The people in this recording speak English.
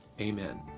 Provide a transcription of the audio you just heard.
Amen